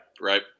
Right